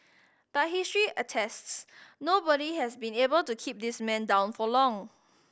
but history attests nobody has been able to keep this man down for long